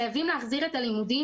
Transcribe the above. וחייבים להחזיר את הלימודים,